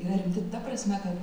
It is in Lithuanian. yra rimti ta prasme kad